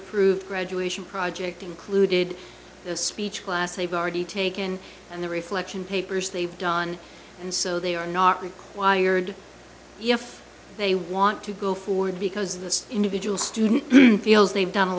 approved graduation project included the speech class they've already taken and the reflection papers they've done and so they are not required if they want to go forward because this individual student feels they've done a